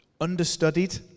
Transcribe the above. understudied